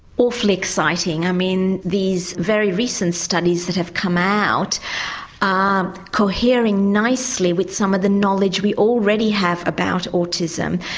awfully exciting, i mean these very recent studies that have come out are cohering nicely with some of the knowledge we already have about autism,